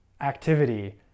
activity